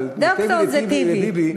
אבל בין טיבי לביבי.